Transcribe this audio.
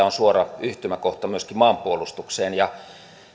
on suora yhtymäkohta myöskin maanpuolustukseen ja